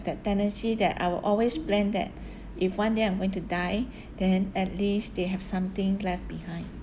that tendency that I will always plan that if one day I'm going to die then at least they have something left behind